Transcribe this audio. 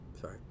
Sorry